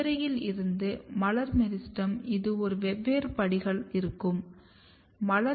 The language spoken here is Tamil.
மஞ்சரியில் இருந்து மலர் மெரிஸ்டெம் இது வெவ்வேறு படிகள் ஆகும்